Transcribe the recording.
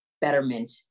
betterment